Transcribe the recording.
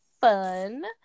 fun